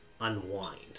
unwind